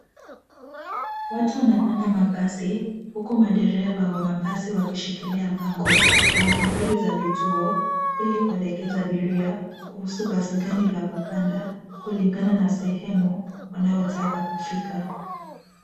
Watu wanapanda mabasi huku madereva wa mabasi wakishikilia bango lenye nambari za vituo ili kuelekeza abiria kuhusu basi gani la kupanda kulingana na sehemu wanayotaka kufika.